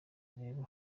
rero